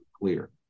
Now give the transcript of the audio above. clear